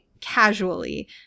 casually